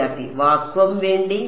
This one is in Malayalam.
വിദ്യാർത്ഥി വാക്വം വേണ്ടി